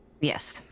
Yes